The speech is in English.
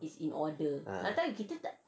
ah